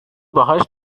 باهاش